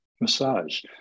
massage